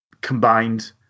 combined